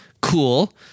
Cool